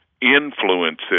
influences